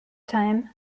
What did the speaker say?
time